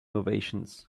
ovations